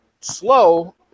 slow